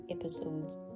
episodes